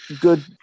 good